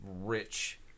rich